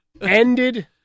ended